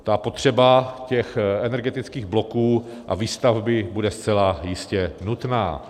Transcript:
Ta potřeba energetických bloků a výstavby bude zcela jistě nutná.